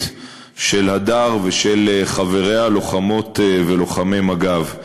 של הדר ושל חבריה לוחמות ולוחמי מג"ב.